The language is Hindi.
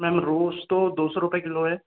मैंम रोज़ तो दो सौ रुपए किलो है